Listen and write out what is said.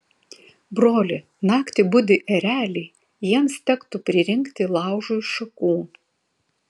broli naktį budi ereliai jiems tektų pririnkti laužui šakų